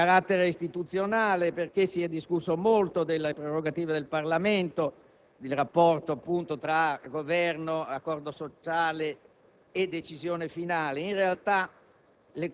di carattere istituzionale. Si è discusso a lungo delle prerogative del Parlamento e del rapporto - appunto - tra Governo, accordo sociale e decisione finale. In realtà,